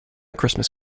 christmas